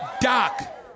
Doc